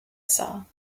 saw